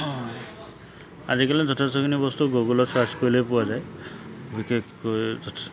আজিকালি যথেষ্টখিনি বস্তু গুগলত ছাৰ্চ কৰিলেই পোৱা যায় বিশেষকৈ